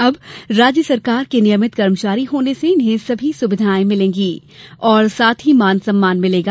अब राज्य सरकार के नियमित कर्मचारी होने से इन्हें सभी सुविधाएं मिलेंगी और साथ ही मान सम्मान मिलेगा